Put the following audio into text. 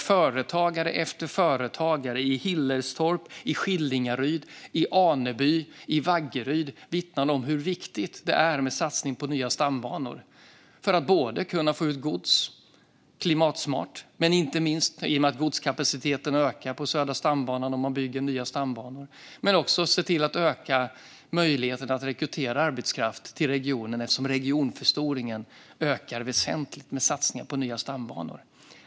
Företagare efter företagare i Hillerstorp, Skillingaryd, Aneby och Vaggeryd vittnade om hur viktigt det är med en satsning på nya stambanor för att kunna få ut gods klimatsmart. Godskapaciteten ökar ju på Södra stambanan om man bygger nya stambanor. Det handlar också om att öka möjligheten att rekrytera arbetskraft till regionen, eftersom regionförstoringen ökar väsentligt med satsningar på nya stambanor.